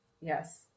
Yes